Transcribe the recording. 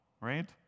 right